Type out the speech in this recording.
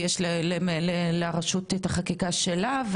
ויש לרשות את החקיקה שלה,